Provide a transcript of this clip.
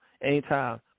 Anytime